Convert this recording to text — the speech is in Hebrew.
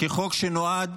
כחוק שנועד